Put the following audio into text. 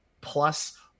plus